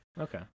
Okay